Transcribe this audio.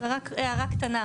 רק הערה קטנה.